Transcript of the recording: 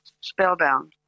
Spellbound